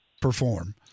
perform